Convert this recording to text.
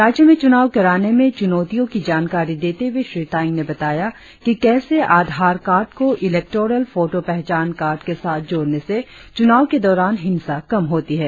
राज्य में चुनाव कराने में चुनौतियों की जानकारी देते हुए श्री तायेंग ने बताया कि कैसे आधार कार्ड को इलेक्टोरल फोटो पहचान कार्ड के साथ जोड़ने से चुनाव के दौरान हिंसा कम होती है